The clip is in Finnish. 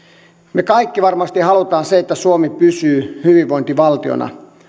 me kaikki varmasti haluamme että suomi pysyy hyvinvointivaltiona